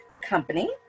company